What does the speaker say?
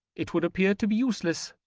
it would appear to be useless,